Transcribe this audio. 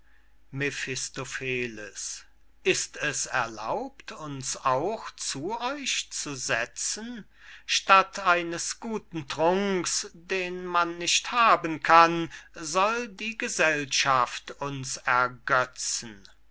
ist es erlaubt uns auch zu euch zu setzen statt eines guten trunks den man nicht haben kann soll die gesellschaft uns ergetzen